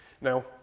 now